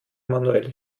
manuelle